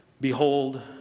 Behold